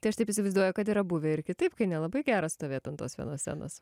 tai aš taip įsivaizduoju kad yra buvę ir kitaip kai nelabai gera stovėti ant tos vienos scenos